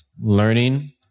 learning